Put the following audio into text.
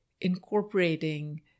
incorporating